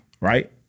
right